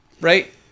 right